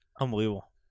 Unbelievable